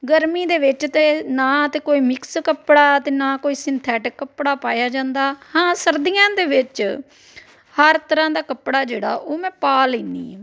ਗਰਮੀ ਦੇ ਵਿੱਚ ਤਾਂ ਨਾ ਤਾਂ ਕੋਈ ਮਿਕਸ ਕੱਪੜਾ ਅਤੇ ਨਾ ਕੋਈ ਸਿੰਥੈਟਿਕ ਕੱਪੜਾ ਪਾਇਆ ਜਾਂਦਾ ਹਾਂ ਸਰਦੀਆਂ ਦੇ ਵਿੱਚ ਹਰ ਤਰ੍ਹਾਂ ਦਾ ਕੱਪੜਾ ਜਿਹੜਾ ਉਹ ਮੈਂ ਪਾ ਲੈਂਦੀ ਹਾਂ